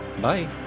Bye